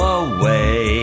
away